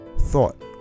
thought